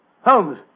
Holmes